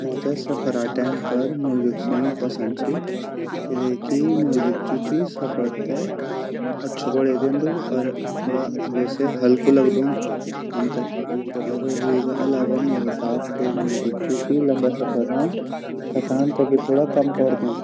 मैते सफ़रा टाइम पर म्यूजिक सूंड पसंद ची किलेकी म्यूजिक जु ची सफर ते अच्छू बड़े दयोन्दू अर वैसे थोड़ा हल्कू लगदु हमते अर वेगा आलावा म्यूजिक जु ची लम्बा सफर मा थकान ते भी थोड़ा कम कोर दयन्दू।